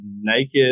naked